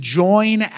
join